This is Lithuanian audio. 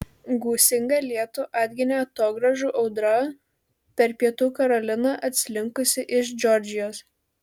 gūsingą lietų atginė atogrąžų audra per pietų karoliną atslinkusi iš džordžijos